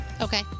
Okay